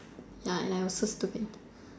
ya and I was so stupid